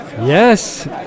Yes